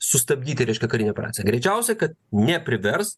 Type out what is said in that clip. sustabdyti reikšia karinę operaciją greičiausiai kad neprivers